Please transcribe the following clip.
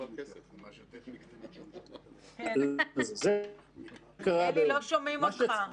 --- אלי, לא שומעים אותך.